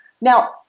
Now